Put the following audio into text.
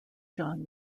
john